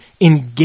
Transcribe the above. engage